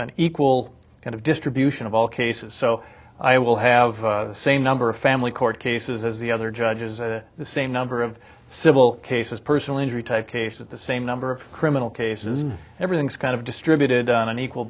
an equal kind of distribution of all cases so i will have same number of family court cases as the other judges and the same number of civil cases personal injury type case at the same number of criminal cases everything's kind of distributed on an equal